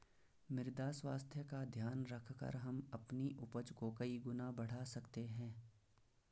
मृदा स्वास्थ्य का ध्यान रखकर हम अपनी उपज को कई गुना बढ़ा सकते हैं